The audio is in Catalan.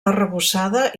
arrebossada